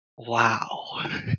Wow